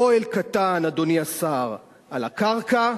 אוהל קטן, אדוני השר, על הקרקע.